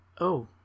Oh